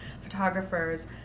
photographers